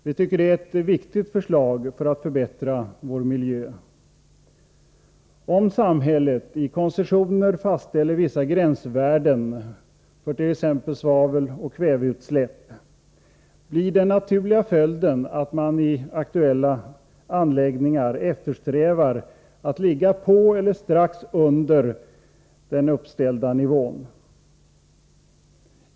Vi tycker detta är ett viktigt förslag för att förbättra vår miljö. Om samhället i koncessioner fastställer vissa gränsvärden för t.ex. svaveloch kväveutsläpp blir den naturliga följden att man i berörda anläggningar eftersträvar att ligga på eller strax under den uppställda nivån.